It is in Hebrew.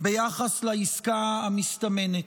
ביחס לעסקה המסתמנת.